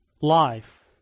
life